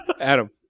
Adam